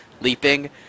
leaping